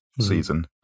season